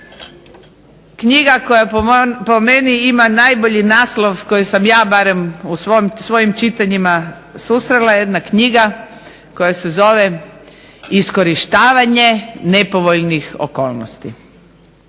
šansa. Knjiga koja po meni ima najbolji naslov koji sam ja u svojim čitanjima susrela je jedna knjiga koja se zove "Iskorištavanje nepovoljnih okolnosti".